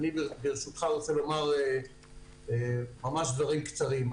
אני ברשותך רוצה לומר ממש דברים קצרים.